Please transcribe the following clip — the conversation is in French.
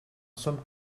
sommes